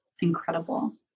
incredible